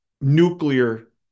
nuclear